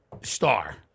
star